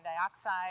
dioxide